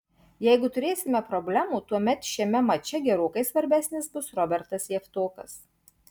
jeigu turėsime problemų tuomet šiame mače gerokai svarbesnis bus robertas javtokas